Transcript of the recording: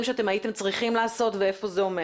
שאתם הייתם צריכים לעשות ואיפה זה עומד.